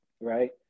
Right